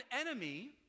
enemy